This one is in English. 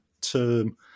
term